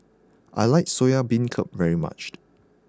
I like soya beancurd very much